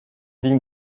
liegen